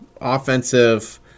offensive